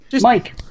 Mike